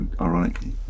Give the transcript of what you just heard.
ironically